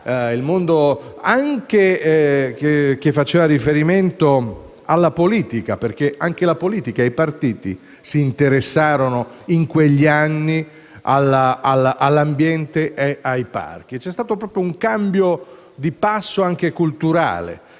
il mondo che faceva riferimento alla politica. Anche la politica e i partiti si interessarono in quegli anni all'ambiente e ai parchi; c'è stato proprio un cambio di passo, anche culturale.